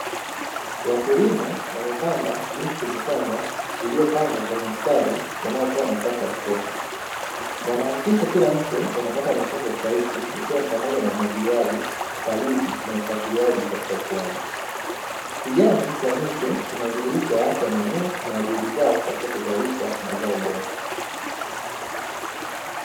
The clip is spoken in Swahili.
Wakulima wamepanda miche michanga iliyopangwa kwenye msitari unaotoa nafasi ya kutosha, wanahakikisha kila mche unapata matunzo stahiki ikiwa ni pamoja na umwagiliaji, palizi na ufuatiliaji katika ukuaji. Kijani cha miche kinaadhihirisha afya ya mimea na juhudi zao katika kuzalisha mazao bora.